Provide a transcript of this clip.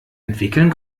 entwickeln